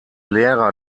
lehrer